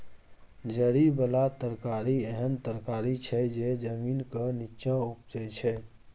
जरि बला तरकारी एहन तरकारी छै जे जमीनक नींच्चाँ उपजै छै